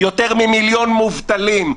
יותר ממיליון מובטלים.